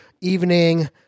evening